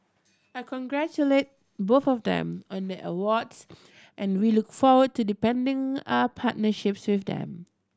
I congratulate both of them on their awards and we look forward to deepening our partnerships with them